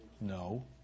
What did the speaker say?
No